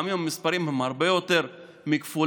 לפעמים המספרים הם הרבה יותר מכפולים,